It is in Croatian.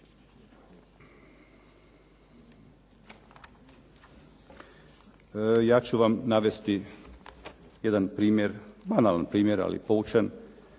Ja ću vam navesti jedan primjer, banalan primjer, ali poučan